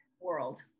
world